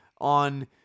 on